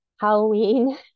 Halloween